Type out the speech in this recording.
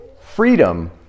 freedom